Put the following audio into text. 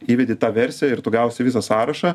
įvedi tą versiją ir tu gausi visą sąrašą